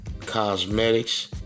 Cosmetics